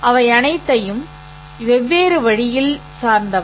அவை அனைத்தும் வெவ்வேறு வழியில் சார்ந்தவை